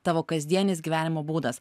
tavo kasdienis gyvenimo būdas